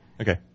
Okay